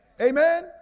Amen